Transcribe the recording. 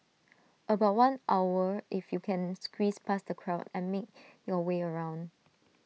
about one hour if you can squeeze past the crowd and make your way around